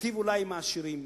מיטיב אולי עם העשירים.